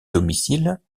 domicile